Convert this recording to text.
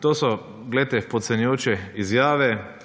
To so, glejte, podcenjujoče izjave.